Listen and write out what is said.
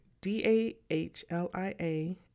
D-A-H-L-I-A